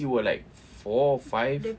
since you were like four or five